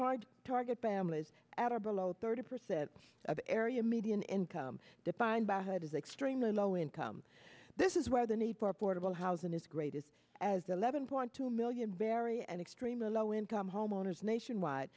hard target families at or below thirty percent of area median income defined by what is extremely low income this is where the need for portable housing is greatest as eleven point two million barry and extremely low income homeowners nationwide